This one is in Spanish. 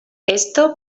esto